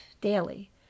daily